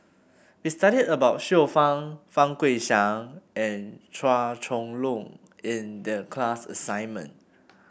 we studied about Xiu Fang Fang Guixiang and Chua Chong Long in the class assignment